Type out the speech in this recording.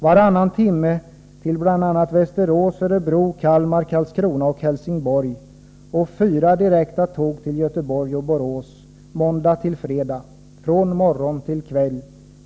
Varannan timme till bl.a. Västerås, Örebro, Kalmar, Karlskrona och Helsingborg. Och fyra direkta tåg till Göteborg och Borås. Måndag till fredag. Från morgon till kväll.